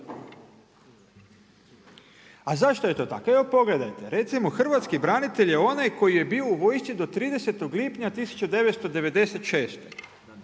A zašto je to tako? Evo pogledajte, recimo hrvatski branitelj je onaj koji je bio u vojsci do 30. lipnja 1996.